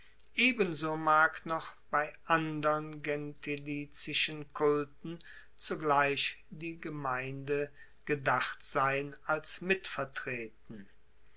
ebenso mag noch bei andern gentilizischen kulten zugleich die gemeinde gedacht sein als mitvertreten